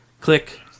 click